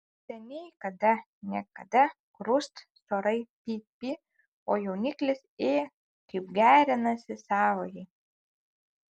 seniai kada ne kada krust storai py py o jauniklis ė kaip gerinasi savajai